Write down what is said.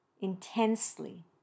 intensely